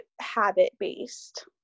habit-based